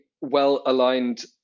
well-aligned